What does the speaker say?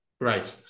Right